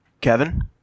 Kevin